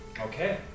Okay